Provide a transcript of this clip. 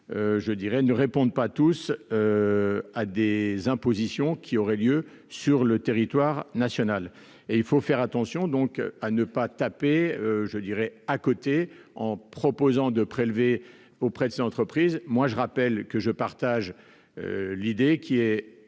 je dirais, ne répondent pas tous à des impositions qui aurait lieu sur le territoire national et il faut faire attention donc à ne pas taper, je dirais, à côté, en proposant de prélever auprès de ces entreprises, moi, je rappelle que je partage l'idée qui est